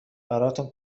براتون